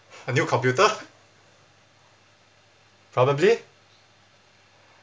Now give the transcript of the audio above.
a new computer probably